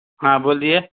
ہاں بولیے